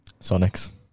Sonics